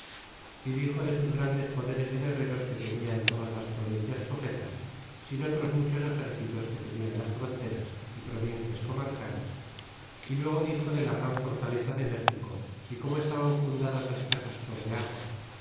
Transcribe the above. y dixo de sus grandes poderes de guerreros que tenia en todas las provincias sujetas sin otros muchos exercitos que tenia en las fronteras y provincias comarcanas y luego dixo de la gran fortaleza de méxico y como estaban fundadas las casas sobre agua